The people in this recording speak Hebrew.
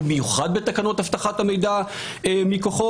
במיוחד בתקנות אבטחת המידע מכוחו.